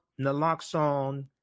naloxone